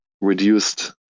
reduced